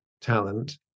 talent